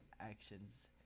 actions